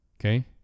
Okay